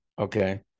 Okay